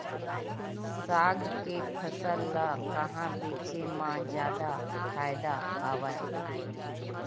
साग के फसल ल कहां बेचे म जादा फ़ायदा हवय?